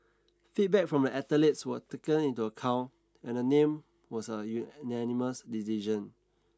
feedback from the athletes were taken into account and the name was an unanimous decision